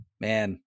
man